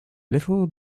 little